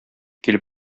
килеп